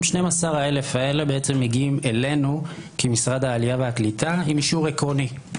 12,000 האלה מגיעים אלינו כמשרד העלייה והקליטה עם אישור עקרוני,